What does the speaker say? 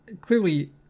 clearly